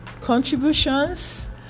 contributions